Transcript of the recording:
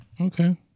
Okay